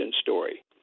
story